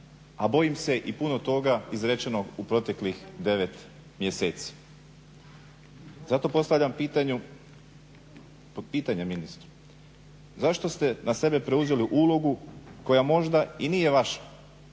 a bojim se i puno toga izrečenog u proteklih 9 mjeseci. Zato postavljam pitanje ministru. Zašto ste na sebe preuzeli ulogu koja možda i nije vaša,